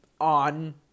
on